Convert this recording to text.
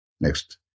Next